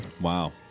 Wow